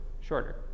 Shorter